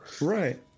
Right